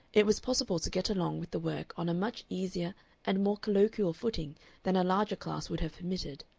it was possible to get along with the work on a much easier and more colloquial footing than a larger class would have permitted.